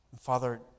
Father